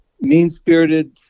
mean-spirited